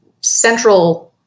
central